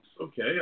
Okay